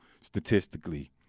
Statistically